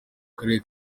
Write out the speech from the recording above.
karere